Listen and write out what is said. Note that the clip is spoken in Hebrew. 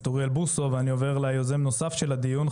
אוריאל בוסו ואני עובר ליוזם נוסף של הדיון,